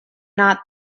not